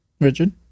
Richard